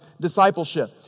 discipleship